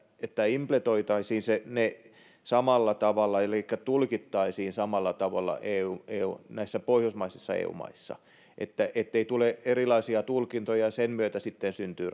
että implementoitaisiin ne samalla tavalla elikkä tulkittaisiin ne samalla tavalla näissä pohjoismaisissa eu maissa ettei ettei tule erilaisia tulkintoja ja sen myötä sitten syntyy